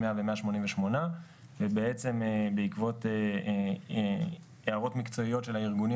100 ו-188 ובעצם בעקבות הערות מקצועיות של הארגונים